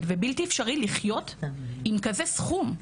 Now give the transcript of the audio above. וזה ממש בלתי אפשרי לחיות ולהתקיים עם כזה סכום.